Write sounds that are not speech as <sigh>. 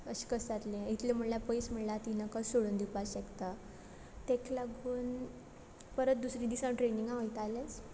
अश कस जातलें इतलें म्हळ्ळ्या पयस म्हळ्ळ्या <unintelligible> सोडून दिवपा शकता ताका लागून परत दुसरे दीस हांव ट्रेनिंगा वयतालेंच